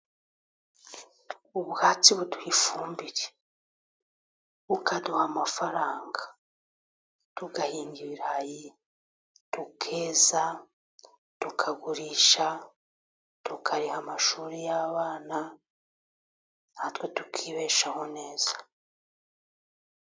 Ubwatsi buduha ifumbire, bukaduha amafaranga; tugahinga ibirayi, tukeza, tukagurisha, tukariha amashuri y'abana, natwe tukibeshaho neza.